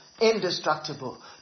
indestructible